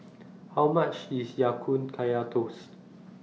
How much IS Ya Kun Kaya Toast